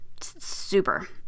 Super